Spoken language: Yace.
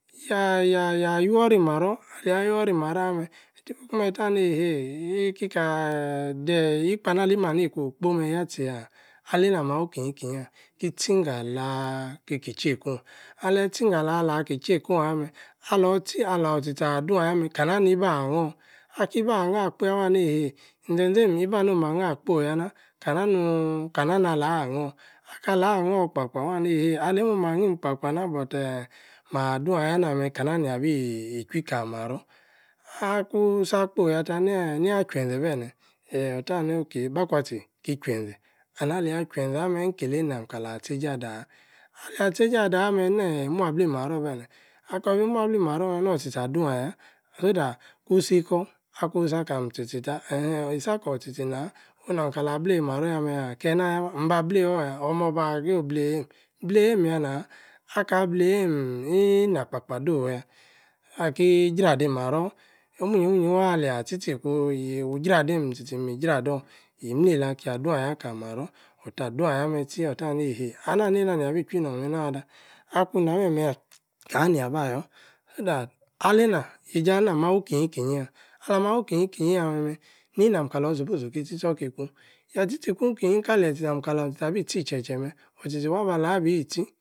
Ya-ya-yuoro-imaror, aleyi-ah yuoro-marror-ameh eti-bu-kumeh, eti-bua-eiheei, eei-kikaaah deh-ikpo-anab-ali-imimeh-ana, ikwu-kpo meh ya-tchi-yah aleina-ali-mawui-kinyi-kinyi yaah, ki-tchi-gan-laaah kiki-check oon alor-tchi-ganlaah alaki-check-oh ameh, alor-tchi-alor tchi-tchi adu-aya-meh, kana-nibi-aahnor? aki-ba-nhor-akpai-yah, wa-nei-eheei, nze-zeim ibi-anah oohmah na-kpoi yanah kana-nun kana-nalor ahnor? akalor ahnor kpa-kpa, wa-nei-eibeei aleim omah-hnim kpa-kpa nah-but-eeh ma-dun-aya na-meh kana-nia-bi chwui-kali marror? aahkun-sah kpo-yatah neyi aah-chwuen-ze-beh-ne? eeh otah-no-ok, bakwa-tchi, ki-chwuen-ze and-aleyi-ah chwenze ameh, ikilei-nam-kalor aah tchei-ja-ada yah? aleyi-aah tchei-jei adah-ameh, nie muabli-maror beneh, akor-bi muabli-maror-meh nor-tchi-tchi ah-dun-ayah? so-that, kusi-kor, akun-si kam tchi-tchi tab. eehee isi-kor-tchi-tchi naah onu nam kalor abeleyi-maror yameh yah? keeh-na-yah mah? mba-blei-or-ya, omeeh-ba-go blei-yei-mehm blei-yehm, aki-jra-di-maror, omu-nyi-mu-nyi wah-akyi-ah-tchi-tchor iku, wu-jra-dim, ahm tchii-maror, eyi-tah dun aya-mehn tchiii, otah-dun aya-meh tchi atah-nei-eheii, ana-nei-na ma-bi chwu-nor-meh nah akun-na-meh-meh yah kana-neyi-ah bah-ayor? so-that aleina, yei-tchi deina-mawu-kinyi-kinyi yaah, ala-ma wui-ki-nyi ki-nyi ya-meh-meh, ni nam-kalor e-suppose ki-tchi tchor ki-ku? ya-tchi-tchor iku-mkiyi kale-eyi tchi-tchi kalor tchi-tchi ah-tchi-tchor iku abi tchi i-tche-tche meh or-ochiptchi wabalor-abi itchi